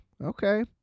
Okay